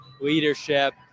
leadership